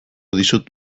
dizut